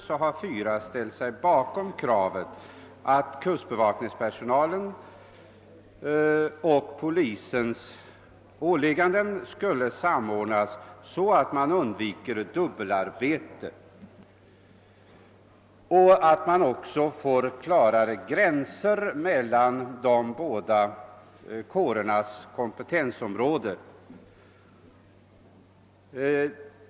Fyra har ställt sig bakom kravet att kustbevakningspersonalens och polisens åligganden skulle samordnas, så att man undviker ett dubbelarbete och så att man får klarare gränser mellan de båda kårernas kompetensområden.